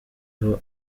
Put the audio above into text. aho